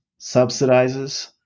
subsidizes